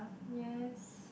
yes